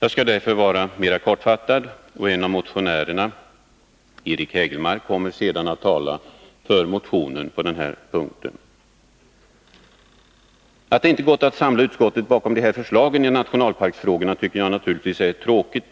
Jag skall därför vara mer kortfattad, och en av motionärerna, Eric Hägelmark, kommer sedan att tala för motionen på den här punkten. Att det inte gått att samla utskottet bakom de här förslagen i nationalparksfrågorna tycker jag naturligtvis är tråkigt.